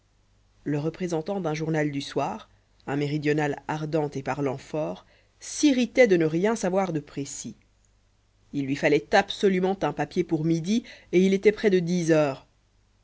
le représentant d'un journal du soir un méridional ardent et parlant fort s'irritait de ne rien savoir de précis il lui fallait absolument un papier pour midi et il était près de dix heures